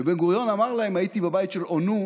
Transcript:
ובן-גוריון אמר להם: הייתי בבית של או נו,